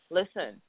listen